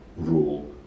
rule